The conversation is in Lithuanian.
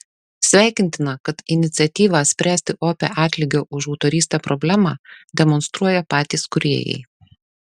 sveikintina kad iniciatyvą spręsti opią atlygio už autorystę problemą demonstruoja patys kūrėjai